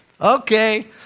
Okay